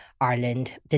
Ireland